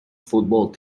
football